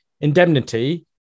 indemnity